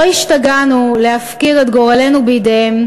לא השתגענו להפקיר את גורלנו בידיהם,